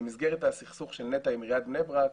במסגרת הסכסוך של נת"ע עם עיריית בני ברק,